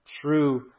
true